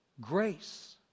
Grace